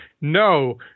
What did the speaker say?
No